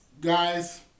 guys